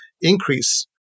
increase